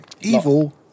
Evil